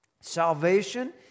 Salvation